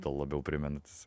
to labiau primenantis